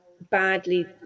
badly